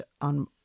on